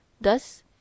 Thus